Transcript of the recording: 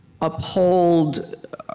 uphold